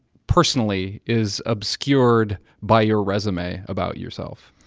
personally, is obscured by your resume about yourself?